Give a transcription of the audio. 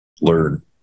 learn